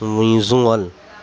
visual